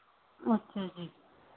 ਅੱਛਾ ਜੀ